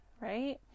right